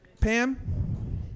Pam